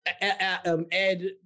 Ed